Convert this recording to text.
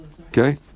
Okay